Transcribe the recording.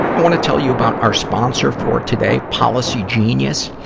i wanna tell you about our sponsor for today policygenius.